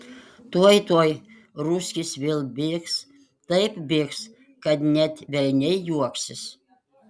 tuoj tuoj ruskis vėl bėgs taip bėgs kad net velniai juoksis